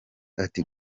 ati